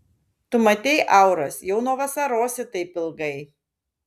tu matei auras jau nuo vasarosi taip ilgai